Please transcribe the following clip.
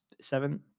seven